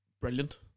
Brilliant